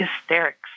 hysterics